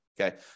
Okay